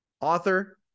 author